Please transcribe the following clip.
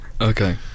okay